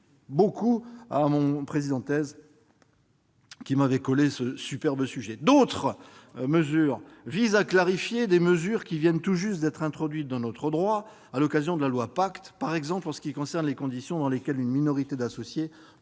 D'autres dispositions tendent à clarifier des mesures qui viennent tout juste d'être introduites dans notre droit, à l'occasion de la loi Pacte, par exemple les conditions dans lesquelles une minorité d'associés